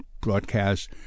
broadcast